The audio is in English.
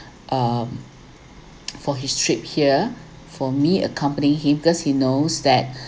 um for his trip here for me accompanying him because he knows that